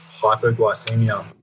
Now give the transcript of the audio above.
hypoglycemia